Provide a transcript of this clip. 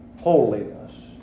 Holiness